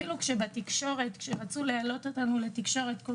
אפילו כשרצו להעלות אותנו בתקשורת לא